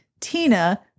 Tina